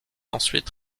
ensuite